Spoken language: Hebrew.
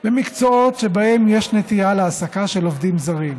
במקצועות שבהם יש נטייה להעסקה של עובדים זרים,